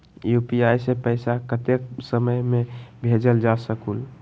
UPI से पैसा कतेक समय मे भेजल जा स्कूल?